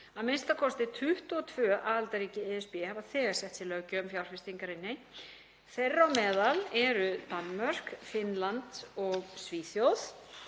Að minnsta kosti 22 aðildarríki ESB hafa þegar sett sér löggjöf um fjárfestingarýni, þeirra á meðal eru Danmörk, Finnland og Svíþjóð.